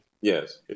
Yes